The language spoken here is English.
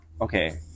okay